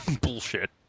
Bullshit